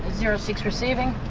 zero six receiving.